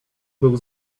był